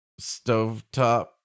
stovetop